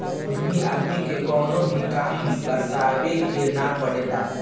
उद्यमी आदमी के कवनो भी काम बतावे के ना पड़ेला